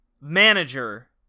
manager